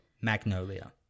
magnolia